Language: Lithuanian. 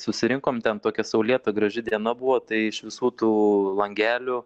susirinkom ten tokia saulėta graži diena buvo tai iš visų tų langelių